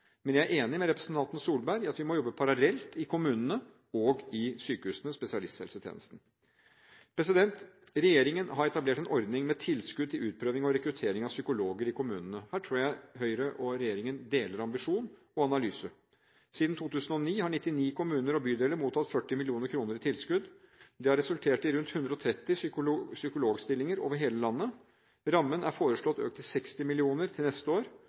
men jeg er enig med representanten Solberg i at vi må jobbe parallelt i kommunene, i sykehusene og i spesialisthelsetjenesten. Regjeringen har etablert en ordning med tilskudd til utprøving og rekruttering av psykologer i kommunene. Her tror jeg Høyre og regjeringen deler ambisjon og analyse. Siden 2009 har 99 kommuner og bydeler mottatt 40 mill. kr i tilskudd. Det har resultert i rundt 130 psykologstillinger over hele landet. Rammen er foreslått økt til 60 mill. kr til neste år.